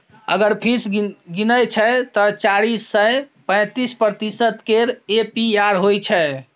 अगर फीस गिनय छै तए चारि सय पैंतीस प्रतिशत केर ए.पी.आर होइ छै